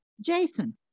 Jason